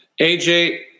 AJ